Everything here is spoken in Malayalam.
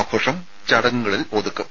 ആഘോഷം ചടങ്ങുകളിൽ ഒതുക്കും